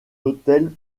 hôtel